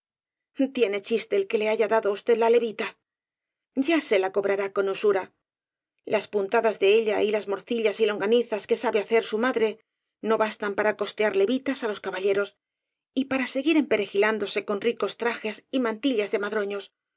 tiene chiste el que le haya dado á usted la levita ya se la cobrará con usura las puntadas de ella y las morcillas y longanizas que sabe hacer su madre no bastan para costear levitas á los caballeros y para seguir emperejilándose con ricos trajes y mantillas de madroños